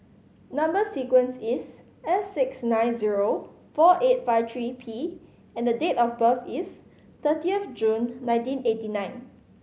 number sequence is S six nine zero four eight five three P and date of birth is thirtieth of June nineteen eighty nine